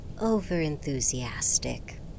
over-enthusiastic